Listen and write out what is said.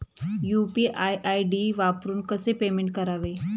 UPI ID वापरून कसे payment करावे?